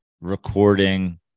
recording